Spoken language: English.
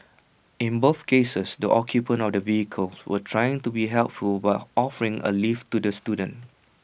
in both cases the occupants of the vehicles were trying to be helpful by offering A lift to the students